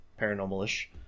paranormal-ish